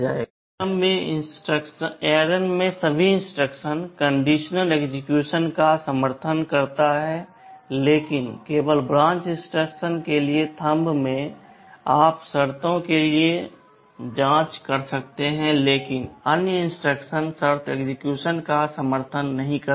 ARM में लगभग सभी इंस्ट्रक्शन कंडीशन एक्सेक्यूशन का समर्थन करते हैं लेकिन केवल ब्रांच इंस्ट्रक्शन के लिए थंब में आप शर्तों के लिए जांच कर सकते हैं लेकिन अन्य इंस्ट्रक्शनस शर्त एक्सेक्यूशन का समर्थन नहीं करते हैं